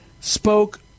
spoke